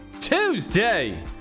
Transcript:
Tuesday